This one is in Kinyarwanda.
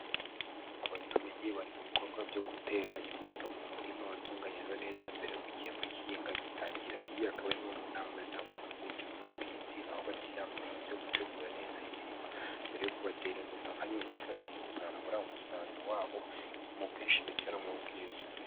Abaturage bari mu bikorwa byo gutera imbuto mu murima watunganyijwe neza, mbere yuko igihembwe k'ihinga gitangira, iyi ikaba ari imwe mu nama zitangwa n'impuguke mu by'ubuhinzi, aho bagira inama abahinzi yo gutegura neza imirima, mbere yuko batera imbuto, nka bimwe mu bibafasha mu kuzamura umusaruro wabo, mu bwinshi ndetse no mu bwiza.